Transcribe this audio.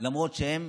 למרות שהם